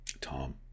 Tom